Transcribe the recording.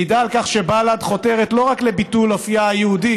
מעידה על כך שבל"ד חותרת לא רק לביטול אופייה היהודי